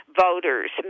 Voters